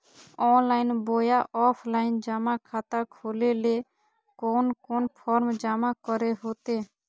Online बोया offline जमा खाता खोले ले कोन कोन फॉर्म जमा करे होते?